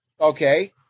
Okay